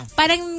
parang